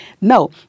No